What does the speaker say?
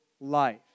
life